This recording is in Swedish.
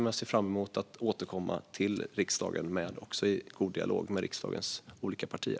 Jag ser fram emot att återkomma till riksdagen med dem, i god dialog med riksdagens olika partier.